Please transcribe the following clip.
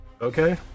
Okay